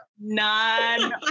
None